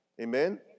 Amen